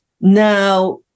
Now